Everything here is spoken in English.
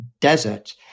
desert